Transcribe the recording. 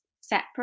separate